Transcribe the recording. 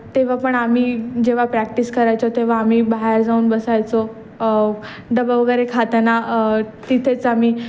तेव्हा पण आम्ही जेव्हा प्रॅक्टिस करायचो तेव्हा आम्ही बाहेर जाऊन बसायचो डबा वगैरे खाताना तिथेच आम्ही